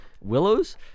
Willows